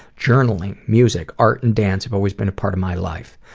journaling, music, art and dance have always been a part of my life.